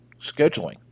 scheduling